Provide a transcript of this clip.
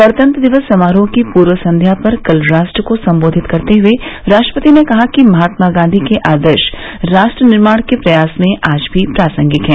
गणतंत्र दिवस समारोह की पूर्व संध्या पर कल राष्ट्र को सम्बोधित करते हए राष्ट्रपति ने कहा कि महात्मा गांधी के आदर्श राष्ट्र निर्माण के प्रयास में आज भी प्रासंगिक हैं